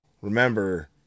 remember